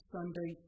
Sunday